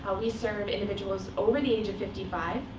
ah we serve individuals over the age of fifty five.